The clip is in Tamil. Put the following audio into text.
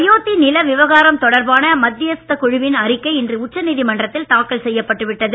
அயோத்தி நில விவகாரம் தொடர்பான மத்தியஸ்த குழுவின் அறிக்கை இன்று உச்ச நீதிமன்றத்தில் தாக்கல் செய்யப்பட்டு விட்டது